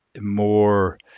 more